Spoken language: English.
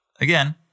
again-